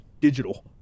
digital